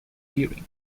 hearing